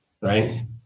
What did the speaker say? right